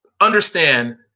understand